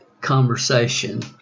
conversation